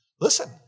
listen